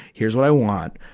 here's what i want.